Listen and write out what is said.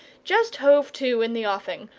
just hove to in the offing,